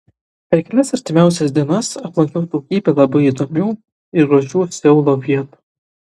per kelias artimiausias dienas aplankiau daugybę labai įdomių ir gražių seulo vietų